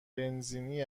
بنزینی